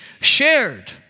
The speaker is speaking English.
shared